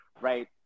right